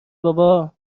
بابا